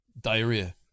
Diarrhea